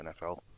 NFL